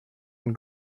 and